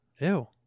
Ew